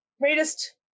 greatest